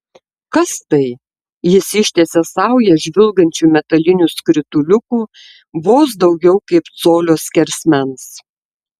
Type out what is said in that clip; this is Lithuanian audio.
kas tai jis ištiesė saują žvilgančių metalinių skrituliukų vos daugiau kaip colio skersmens